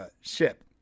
ship